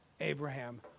Abraham